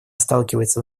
сталкивается